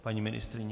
Paní ministryně?